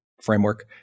framework